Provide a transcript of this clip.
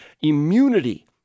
immunity